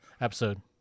episode